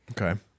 okay